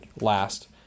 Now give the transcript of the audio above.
last